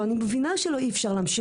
וגם של אוצר מילים.